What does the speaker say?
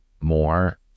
more